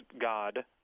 God